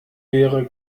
wäre